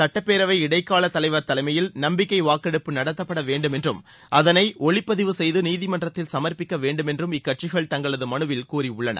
சுட்டப்பேரவை இடைக்கால தலைவர் தலைமையில் நம்பிக்கை வாக்கெடுப்பு நடத்தப்படவேண்டும் என்றும் அதனை ஒளிப்பதிவு செய்து நீதிமன்றத்தில் சமர்ப்பிக்க வேண்டும் என்றும் இக்கட்சிகள் தங்களது மனுவில் கூறியுள்ளன